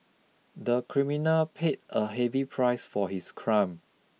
the criminal paid a heavy price for his crime